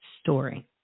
story